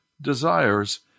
desires